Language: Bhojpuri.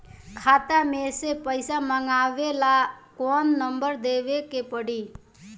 खाता मे से पईसा मँगवावे ला कौन नंबर देवे के पड़ी?